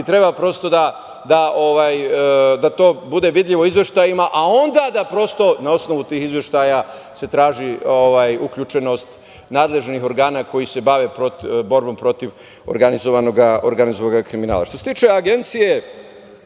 treba prosto da to bude vidljivo u izveštajima, a onda da se prosto na osnovu tih izveštaja traži uključenost nadležnih organa koji se bave borbom protiv organizovanog kriminala. Što se tiče Agencije